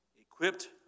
equipped